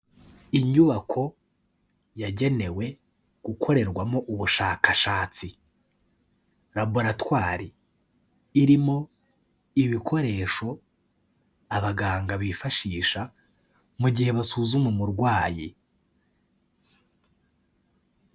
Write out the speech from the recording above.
Inyubako yagenewe gukorerwamo ubushakashatsi. Laboratwari irimo ibikoresho abaganga bifashisha mu gihe basuzuma umurwayi.